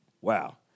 Wow